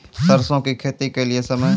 सरसों की खेती के लिए समय?